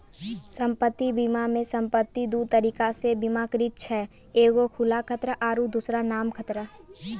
सम्पति बीमा मे सम्पति दु तरिका से बीमाकृत छै एगो खुला खतरा आरु दोसरो नाम खतरा